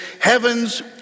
heaven's